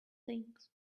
things